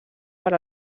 per